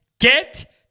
get